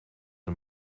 een